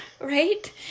right